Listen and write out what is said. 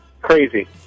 crazy